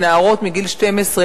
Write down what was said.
לנערות מגיל 12,